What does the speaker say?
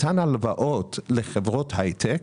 מתן הלוואות לחברות הייטק,